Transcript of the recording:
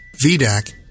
VDAC